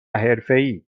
حرفهای